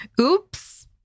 Oops